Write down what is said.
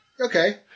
okay